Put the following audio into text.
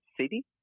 city